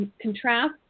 contrast